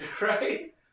Right